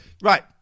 Right